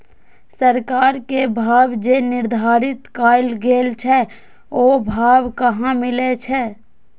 सरकार के भाव जे निर्धारित कायल गेल छै ओ भाव कहाँ मिले छै?